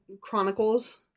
Chronicles